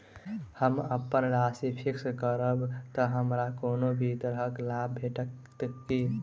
हम अप्पन राशि फिक्स्ड करब तऽ हमरा कोनो भी तरहक लाभ भेटत की?